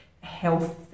health